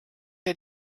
der